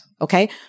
Okay